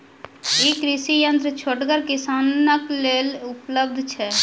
ई कृषि यंत्र छोटगर किसानक लेल उपलव्ध छै?